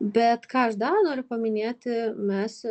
bet ką aš dar noriu paminėti mes